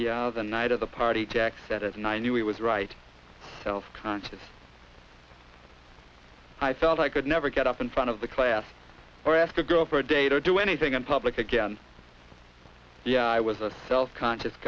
yeah the night of the party jack said of nine you was right self conscious it's i thought i could never get up in front of the class or ask a girl for a date or do anything in public again yeah i was a self conscious